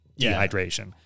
dehydration